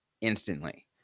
instantly